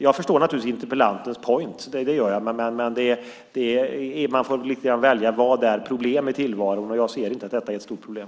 Jag förstår naturligtvis interpellantens poäng, men får lite grann välja vad som är problem i tillvaron. Jag ser inte att detta är ett stort problem.